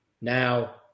Now